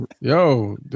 Yo